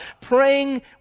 praying